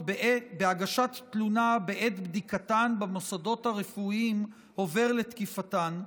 בהגשת תלונה בעת בדיקתן במוסדות הרפואיים עובר לתקיפתן,